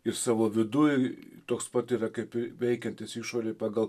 ir savo viduj toks pat yra kaip veikiantis išorėj pagal